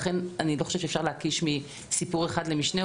ולכן אני לא חושבת שאפשר להקיש מסיפור אחד על משנהו.